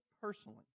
personally